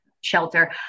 shelter